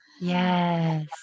Yes